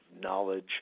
knowledge